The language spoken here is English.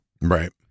Right